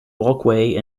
walkway